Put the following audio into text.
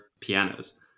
pianos